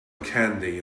candy